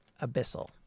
abyssal